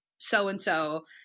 so-and-so